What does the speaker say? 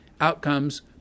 outcomes